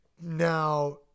Now